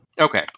Okay